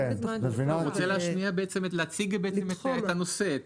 הוא רוצה להציג את הנושא,